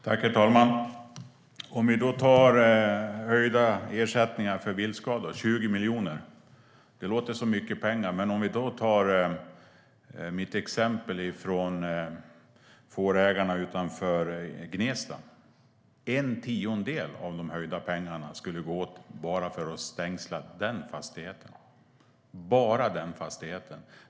Herr talman! Höjningarna av ersättning för viltskador på 20 miljoner låter som mycket pengar. Men om vi tittar på mitt exempel med fårägarna utanför Gnesta ser vi att en tiondel av pengarna i det höjda anslaget skulle gå till att stängsla bara den fastigheten.